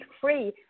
free